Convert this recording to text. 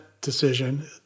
decision